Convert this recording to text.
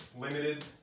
Limited